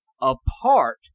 apart